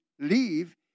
leave